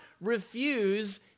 refuse